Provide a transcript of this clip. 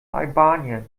albanien